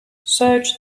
search